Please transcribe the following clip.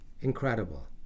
incredible